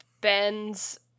bends